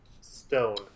stone